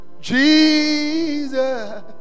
Jesus